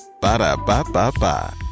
Ba-da-ba-ba-ba